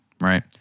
right